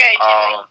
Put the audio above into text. Okay